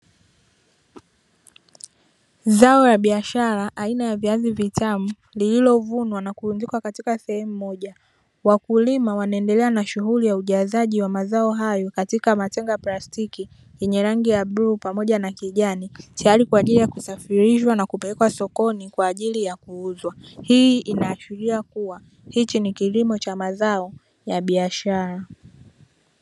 Zao la biashara aina ya viazi vitamu, lililovunwa na kurundikwa katika sehemu moja, wakulima wanaendelea na shughuli ya ujazaji wa mazao hayo katika matenga ya plastiki yenye rangi ya bluu pamoja na kijani, tayari kwa ajili ya kusafirishwa na kupelekwa sokoni kwa ajili ya kuuzwa. Hii inaashiria kuwa, hichi ni kilimo cha mazao ya biashara.